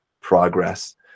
progress